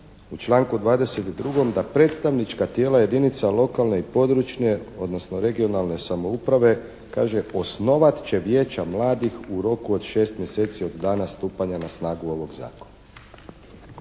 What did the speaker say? u članku 22. da predstavnička tijela jedinica lokalne i područne, odnosno regionalne samouprave kaže osnovat će Vijeća mladih u roku od 6 mjeseci od dana stupanja na snagu ovog zakona.